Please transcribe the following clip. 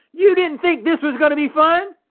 you didn't think this was gonna be fun?